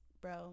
Bro